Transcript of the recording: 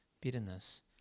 bitterness